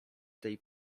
tej